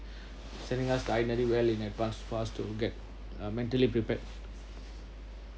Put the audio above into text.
sending us itinerary well in advanced for us to get uh mentally prepared